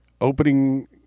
Opening